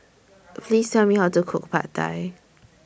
Please Tell Me How to Cook Pad Thai